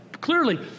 clearly